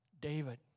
David